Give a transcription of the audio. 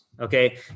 okay